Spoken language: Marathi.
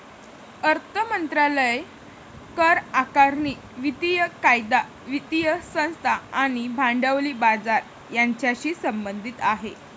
अर्थ मंत्रालय करआकारणी, वित्तीय कायदा, वित्तीय संस्था आणि भांडवली बाजार यांच्याशी संबंधित आहे